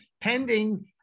pending